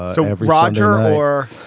so have roger moore.